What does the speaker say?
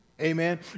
Amen